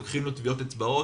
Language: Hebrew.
לוקחים לו טביעות אצבעות,